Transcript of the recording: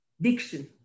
diction